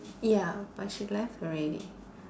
ya but she left already